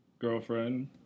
girlfriend